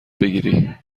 بگیری